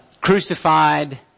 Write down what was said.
crucified